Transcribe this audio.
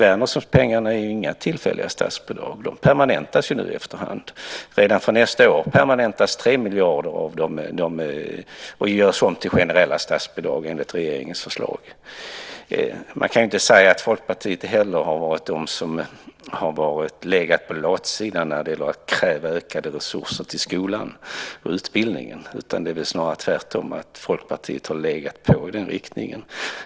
Wärnerssonpengarna är inga tillfälliga statsbidrag; de permanentas nu efterhand. Redan från nästa år permanentas tre miljarder och görs om till generella statsbidrag enligt regeringens förslag. Man kan inte säga Folkpartiet heller har varit den som har legat på latsidan när det gäller att kräva ökade resurser till skolan och utbildningen. Det är väl snarare tvärtom - Folkpartiet har legat på i den riktningen.